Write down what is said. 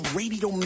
radio